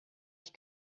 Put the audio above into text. ich